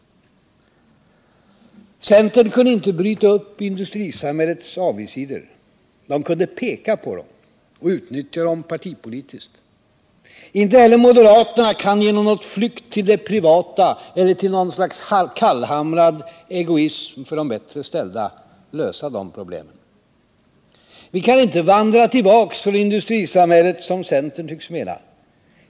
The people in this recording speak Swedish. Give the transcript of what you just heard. Centern kunde inte bryta upp industrisamhällets avigsidor. Den kunde peka på dem och utnyttja dem partipolitiskt. Inte heller moderaterna kan, genom någon flykt till det privata eller till något slags kallhamrad egoism för de bättre ställda, lösa dessa problem. Vi kan inte vandra tillbaka från industrisamhället, som centern tycks mena.